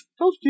Toasty